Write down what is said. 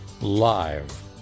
live